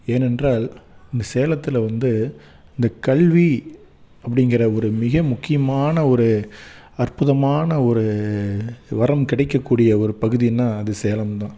ஏனென்றால் அந்த சேலத்தில் வந்து இந்த கல்வி அப்படிங்கிற ஒரு மிக முக்கியமான ஒரு அற்புதமான ஒரு வரம் கிடைக்க கூடிய ஒரு பகுதின்னா அது சேலம் தான்